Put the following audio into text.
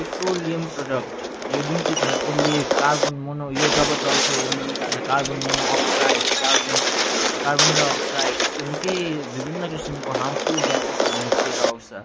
petroleum product यो जुन चाहिँ छ यसले कार्बन मनो यो जब जल्छ यसले निकाल्छ carbon monoxide carbon carbon dioxide यसको निकै विभिन्न किसिमको हार्मफुल ग्यासेसहरू निस्किएर आउँछ